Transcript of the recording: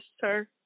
sir